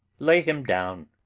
lay him down.